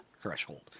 threshold